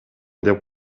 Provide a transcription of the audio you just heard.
деп